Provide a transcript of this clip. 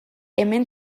hemen